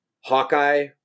Hawkeye